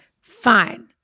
fine